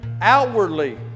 outwardly